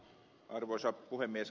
arvoisa puhemies